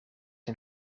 een